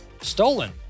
stolen